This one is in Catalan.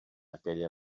aquella